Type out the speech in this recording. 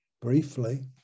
briefly